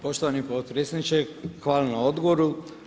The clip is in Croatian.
Poštovani predsjedniče hvala na odgovoru.